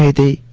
they